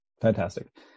fantastic